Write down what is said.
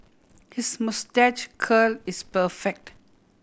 his moustache curl is perfect